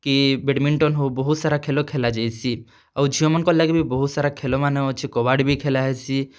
କି ବେଡ଼୍ମିନ୍ଟନ୍ ହଉ ବହୁତ୍ ସାରା ଖେଲ୍ ଖେଲା ଯାଏସି ଆଉ ଝିଅ ମାନଙ୍କର୍ ଲାଗି ବି ବହୁତ୍ ସାରା ଖେଲ୍ମାନେ ଅଛି କବାଡ଼ି ବି ଖେଲା ହେସି